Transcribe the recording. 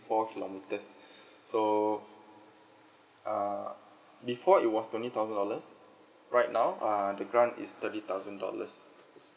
four kilometres so err before it was twenty thousand dollars right now err the grant is thirty thousand dollars